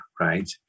right